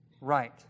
right